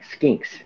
skinks